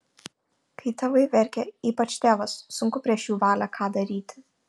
kai tėvai verkia ypač tėvas sunku prieš jų valią ką daryti